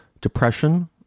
depression